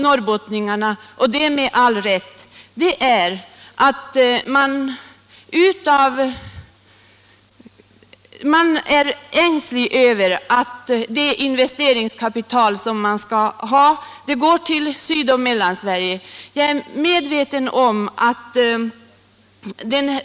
Norrbottningarna är med all rätt ängsliga över att investeringskapitalet går till Syd och Mellansverige.